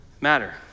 matter